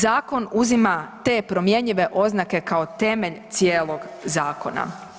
Zakon uzima te promjenjive oznake kao temelj cijelog zakona.